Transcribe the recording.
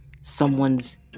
someone's